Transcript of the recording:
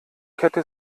kette